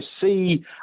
see